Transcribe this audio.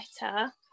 better